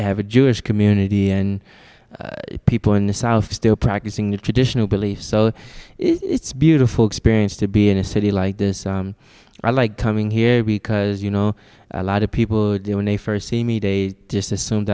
have a jewish community and people in the south are still practicing the traditional beliefs so it's beautiful experience to be in a city like this i like coming here because you know a lot of people when they first see me they just assume